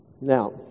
Now